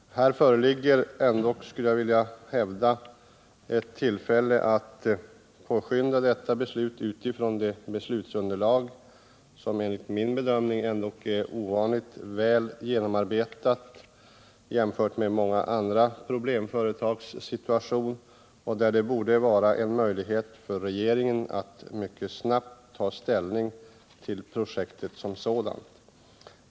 Här föreligger, skulle jag vilja hävda, ett tillfälle att påskynda ett beslut utifrån det beslutsunderlag som enligt min bedömning ändock är ovanligt väl genomarbetat jämfört med vad som gäller för många andra problemföretag. Det borde finnas möjlighet för regeringen att mycket snabbt ta ställning till projektet som sådant.